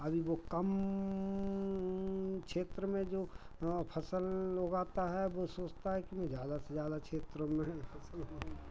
अभी वो कम क्षेत्र में जो हाँ फसल उगाता है वो सोचता है कि मैं ज़्यादा से ज़्यादा क्षेत्रों में फसल उगाऊँ